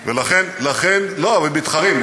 ולכן, לא, אבל מתחרים.